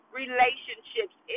relationships